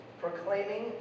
proclaiming